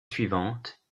suivante